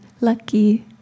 lucky